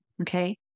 okay